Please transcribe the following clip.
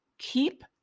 keep